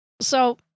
So-